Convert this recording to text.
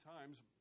times